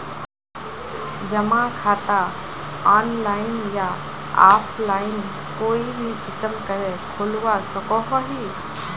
जमा खाता ऑनलाइन या ऑफलाइन कोई भी किसम करे खोलवा सकोहो ही?